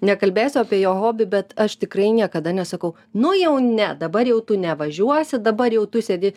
nekalbėsiu apie jo hobį bet aš tikrai niekada nesakau nu jau ne dabar jau tu nevažiuosi dabar jau tu sėdi